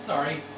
Sorry